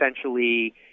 essentially